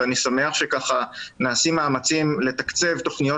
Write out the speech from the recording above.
ואני שמח שנעשים מאמצים לתקצב תכניות